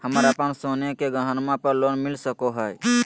हमरा अप्पन सोने के गहनबा पर लोन मिल सको हइ?